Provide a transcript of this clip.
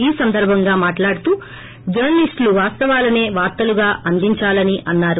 ఈ సందర్బంగా మాట్లాడుతూ జర్చ లీస్టులు వస్తావాలనే వార్తలుగా అందించాలని అన్నారు